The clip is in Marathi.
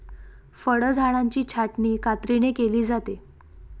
फळझाडांची छाटणी कात्रीने केली जाते